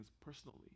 personally